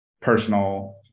personal